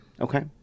Okay